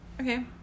Okay